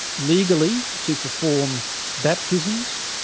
legally, to perform baptisms,